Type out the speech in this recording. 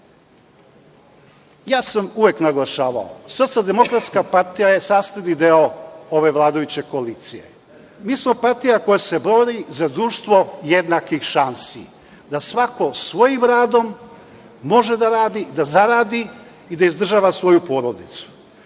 sam naglašavao SDP je sastavni deo ove vladajuće koalicije. Mi smo partija koja se bori za društvo jednakih šansi, da svako svojim radom može da radi da zaradi i da izdržava svoju porodicu.